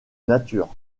nature